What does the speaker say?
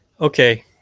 Okay